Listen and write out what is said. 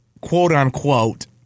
quote-unquote